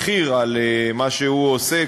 מחיר על מה שהוא עושה,